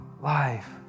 life